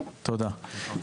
תודה.